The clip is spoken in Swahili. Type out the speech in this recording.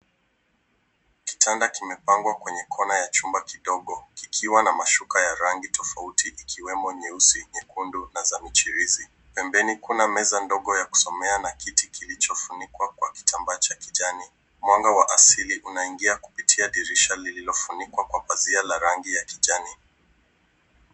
Kitanda kimepangwa kwenye kona ya chumba kidogo kikiwa na mashuka ya rangi tofauti ikiwemo nyeusi, nyekundu na za michirizi. Pembeni kuna meza ndogo ya kusomea na kiti kilichofunikwa kwa kitambaa cha kijani. Mwanga wa asili unaingia kupitia dirisha lililofunikwa kwa pazia la rangi ya kijani.